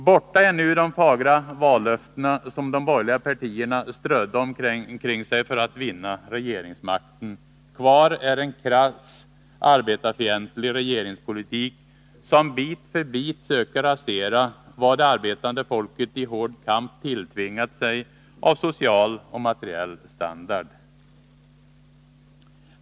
Borta är nu de fagra vallöftena som de borgerliga partierna strödde omkring sig för att vinna regeringsmakten. Kvar är en krass arbetarfientlig regeringspolitik, som bit för bit söker rasera vad det arbetande folket i hård kamp tilltvingat sig av social och materiell standard.